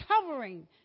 covering